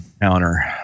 counter